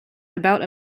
about